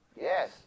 Yes